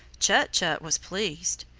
chut-chut was pleased.